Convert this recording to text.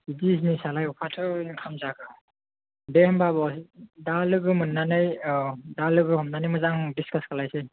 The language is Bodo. बिजिनेसालाय बहाथो इनकाम जागोन दे होमबा बहाय दा लोगो मोन्नानै दा लोगो हमनानै मोजां डिसकास खालामसै